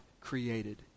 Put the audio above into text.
created